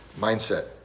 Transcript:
Mindset